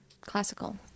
Classical